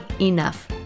enough